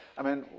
i mean,